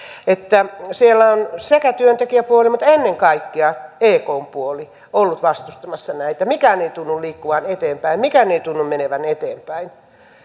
että siellä on työntekijäpuoli mutta ennen kaikkea ekn puoli ollut vastustamassa näitä mikään ei tunnu liikkuvan eteenpäin mikään ei tunnu menevän eteenpäin